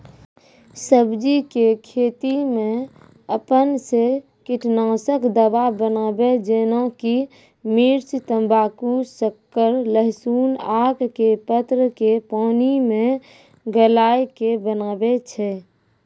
सब्जी के खेती मे अपन से कीटनासक दवा बनाबे जेना कि मिर्च तम्बाकू शक्कर लहसुन आक के पत्र के पानी मे गलाय के बनाबै छै?